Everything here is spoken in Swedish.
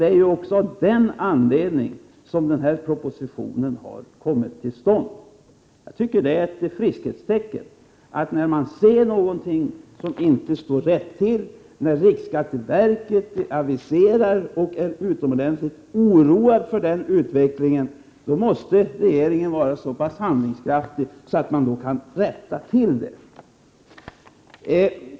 Det är ju också av den anledningen som denna proposition har kommit till stånd. Jag tycker att det är ett friskhetstecken att man när man ser att något inte står rätt till, något som gör att man känner en utomordentligt stor oro över utvecklingen, att man då aviserar om missförhållandet. Detta är ju vad riksskatteverket har gjort i nämnda fall. Vid sådana tillfällen måste regeringen vara så pass handlingskraftig att man kan rätta till det hela.